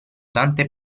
tante